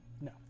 No